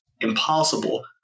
impossible